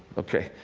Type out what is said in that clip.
ok.